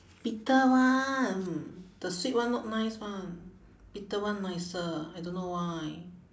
bitter one mm the sweet one not nice [one] bitter one nicer I don't know why